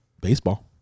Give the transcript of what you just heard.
baseball